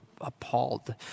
appalled